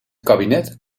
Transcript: kabinet